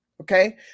Okay